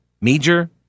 Major